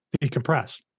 decompress